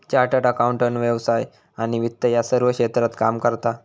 chartered accountant व्यवसाय आणि वित्त या सर्व क्षेत्रात काम करता